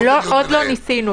הם יציגו